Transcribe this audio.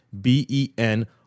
B-E-N